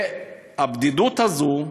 הבדידות הזאת,